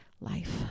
life